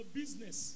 business